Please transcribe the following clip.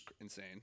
insane